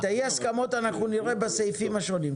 את אי ההסכמות אנחנו נראה בסעיפים השונים.